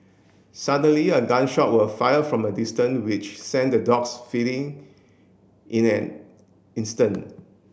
suddenly a gun shot were fired from a distance which sent the dogs fleeing in an instant